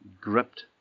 gripped